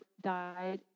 died